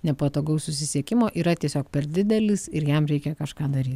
nepatogaus susisiekimo yra tiesiog per didelis ir jam reikia kažką daryt